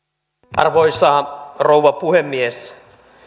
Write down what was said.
arvoisa rouva puhemies